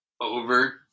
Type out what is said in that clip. over